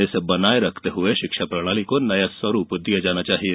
इसे बनाये रखते हुए शिक्षा प्रणाली को नया स्वरूप दिया जाना चाहिये